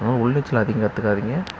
ஆனால் உள்நீச்சல் அதிகம் கற்றுக்காதிங்க